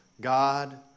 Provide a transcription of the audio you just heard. God